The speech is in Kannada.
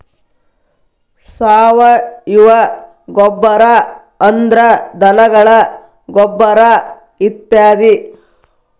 ಸಾವಯುವ ಗೊಬ್ಬರಾ ಅಂದ್ರ ಧನಗಳ ಗೊಬ್ಬರಾ ಇತ್ಯಾದಿ